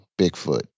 Bigfoot